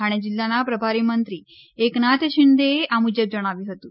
થાણે જિલ્લાના પ્રભારી મંત્રી એકનાથ શિંદેએ આ મુજબ જણાવ્યું હતું